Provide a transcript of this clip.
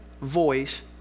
voice